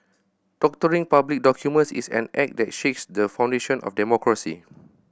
doctoring public documents is an act that shakes the foundation of democracy